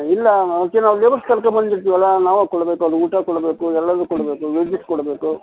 ಇಲ್ಲ ಅದಕ್ಕೆ ನಾವು ಲೇಬರ್ಸ್ ಕರ್ಕೊಂಬಂದಿರ್ತೀವಲ್ಲ ನಾವೇ ಕೊಡಬೇಕು ಅದು ಊಟ ಕೊಡಬೇಕು ಎಲ್ಲವೂ ಕೊಡಬೇಕು ವೇಜಿಸ್ ಕೊಡಬೇಕು